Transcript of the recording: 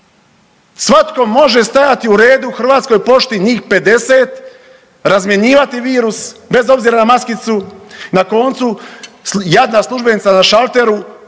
svatko može stajati u redu u Hrvatskoj pošti njih 50, razmjenjivati virus bez obzira na maskicu, na koncu jadna službenica na šalteru,